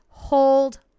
hold